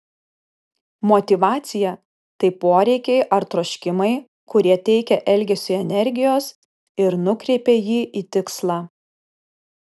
motyvacija tai poreikiai ar troškimai kurie teikia elgesiui energijos ir nukreipia jį į tikslą